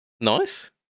Nice